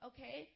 Okay